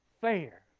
fair